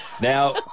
Now